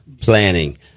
planning